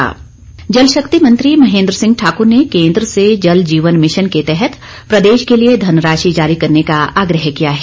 भेंट जल शक्ति मंत्री महेन्द्र सिंह ठाकुर ने केन्द्र से जल जीवन मिशन के तहत प्रदेश के लिए धनराशि जारी करने का आग्रह किया है